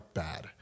bad